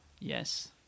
Yes